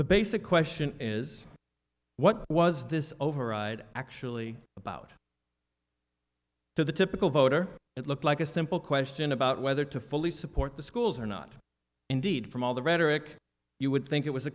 the basic question is what was this override actually about to the typical voter it looked like a simple question about whether to fully support the schools or not indeed from all the rhetoric you would think it was a